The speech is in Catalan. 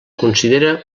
considera